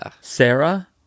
Sarah